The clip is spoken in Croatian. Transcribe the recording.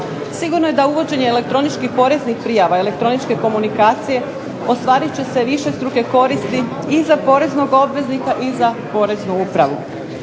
Sigurno je da uvođenje elektroničkih poreznih prijava, elektroničke komunikacije ostvarit će se višestruke koristi i za poreznog obveznika i za poreznu upravu.